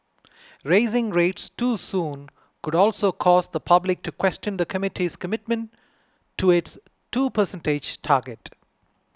raising rates too soon could also cause the public to question the committee's commitment to its two percent target